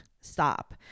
Stop